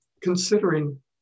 considering